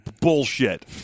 Bullshit